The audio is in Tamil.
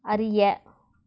அறிய